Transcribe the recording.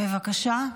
בבקשה.